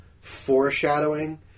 foreshadowing